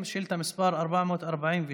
שאילתה מס' 446: